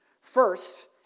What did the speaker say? First